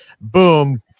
boom